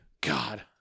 God